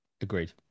agreed